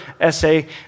essay